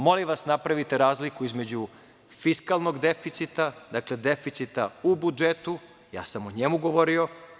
Molim vas, napravite razliku između fiskalnog deficita, deficita u budžetu, ja sam o njemu govorio.